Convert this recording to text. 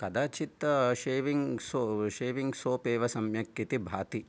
कदाचित् shaving soap shaving soap एव सम्यक् इति भाति